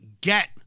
get